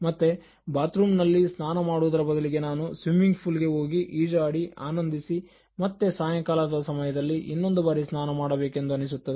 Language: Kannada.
ಮತ್ತೆ ಬಾತ್ ರೂಂನಲ್ಲಿ ಸ್ನಾನ ಮಾಡುವುದರ ಬದಲಿಗೆ ನಾನು ಸ್ವಿಮ್ಮಿಂಗ್ ಪೂಲ್ ಗೆ ಹೋಗಿ ಈಜಾಡಿ ಆನಂದಿಸಿ ಮತ್ತೆ ಸಾಯಂಕಾಲದ ಸಮಯದಲ್ಲಿ ಇನ್ನೊಂದು ಬಾರಿ ಸ್ನಾನ ಮಾಡಬೇಕೆಂದು ಅನಿಸುತ್ತದೆ